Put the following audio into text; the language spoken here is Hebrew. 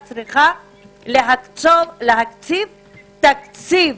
לצערי הרב, המשא ומתן תקוע